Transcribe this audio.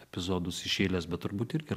epizodus iš eilės bet turbūt irgi